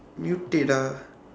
mutate ah